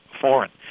foreign